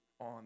on